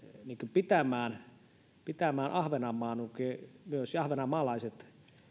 pitämään pitämään ahvenanmaan ja myös ahvenanmaalaiset